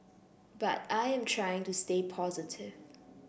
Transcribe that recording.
but I am trying to stay positive